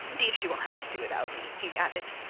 indeed, she will have to do without me he added,